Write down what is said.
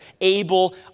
Abel